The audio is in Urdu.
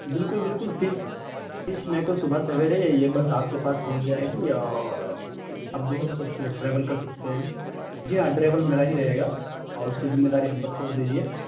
بالکل بالکل تیس تیس مئی کو صُبح سویرے یہ بس آپ کے پاس پہنچ جائے گی اور آپ جو ہے اُس سب سے ٹریول کر سکتے ہیں جی ہاں ڈرائیور میرا ہی رہے گا اور اُس کی ذمہ داری ہم پر چھوڑ دیجیے